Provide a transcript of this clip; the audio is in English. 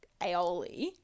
aioli